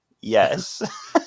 Yes